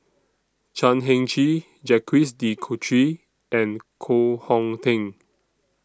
Chan Heng Chee Jacques De Coutre and Koh Hong Teng